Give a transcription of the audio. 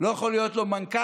לא יכול להיות לו מנכ"ל,